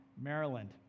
Maryland